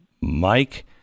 Mike